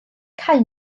cau